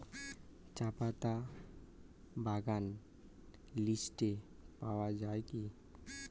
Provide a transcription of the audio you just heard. চাপাতা বাগান লিস্টে পাওয়া যায় কি?